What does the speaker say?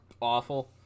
awful